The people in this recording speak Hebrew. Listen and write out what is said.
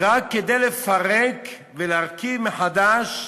רק כדי לפרק ולהרכיב מחדש,